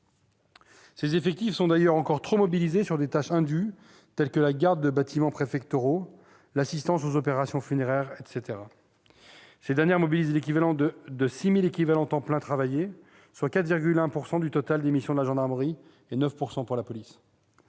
Ces effectifs sont d'ailleurs encore trop mobilisés sur des tâches indues, telles que la garde des bâtiments préfectoraux, l'assistance aux opérations funéraires, etc. Ces dernières mobilisent 6 000 équivalents temps plein travaillé, soit 4,1 % du total des missions de la gendarmerie et 9 % de la police